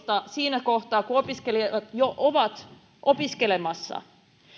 siinä kohtaa kun opiskelijat jo ovat opiskelemassa